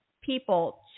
people